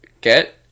get